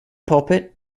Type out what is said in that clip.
pulpit